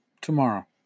tomorrow